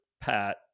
Pat